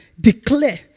declare